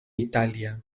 italia